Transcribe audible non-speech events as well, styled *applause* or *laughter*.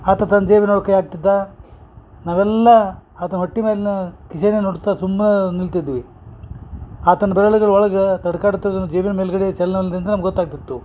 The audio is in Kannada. ಆತ ತನ್ನ ಜೇಬಿನೊಳಗ ಕೈ ಹಾಕ್ತಿದ್ದ ನಾವೆಲ್ಲಾ ಆತನ ಹೊಟ್ಟೆ ಮ್ಯಾಲಿನ ಕಿಸೆನೆ ನೋಡ್ತಾ ಸುಮ್ನ ನಿಲ್ತಿದ್ವಿ ಆತನ ಬೆರಳುಗಳ ಒಳಗೆ ತಡ್ಕಾಡುತ್ತಿರುದನ್ನು ಜೇಬಿನ ಮೇಲ್ಗಡೆ *unintelligible* ನಮ್ಗ ಗೊತ್ತಾಗ್ತಿತ್ತು